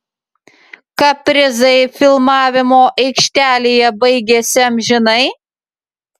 kaprizai filmavimo aikštelėje baigėsi amžinai